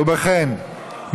ובכן,